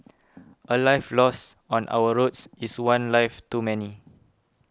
a life lost on our roads is one life too many